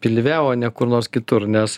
pilve o ne kur nors kitur nes